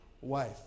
wife